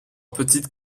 petites